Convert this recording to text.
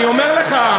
אני אומר לך,